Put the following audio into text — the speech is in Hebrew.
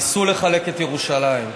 ניסו לחלק את ירושלים.